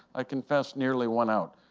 i confess, nearly won out.